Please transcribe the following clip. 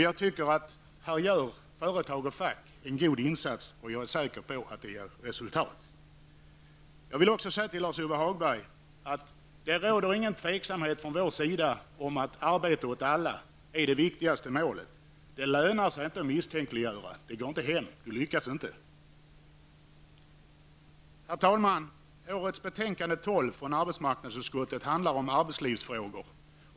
Jag tycker att företag och fack gör en god insats här, och jag är säker på att det blir resultat. Lars-Ove Hagberg, det råder ingen tveksamhet från vår sida om att arbete åt alla är det viktigaste målet. Det lönar sig inte att misstänkliggöra detta. Det går inte hem, det lyckas inte. Herr talman! Årets betänkande nr 12 från arbetsmarknadsutskottet handlar om arbetslivsfrågor.